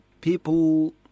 people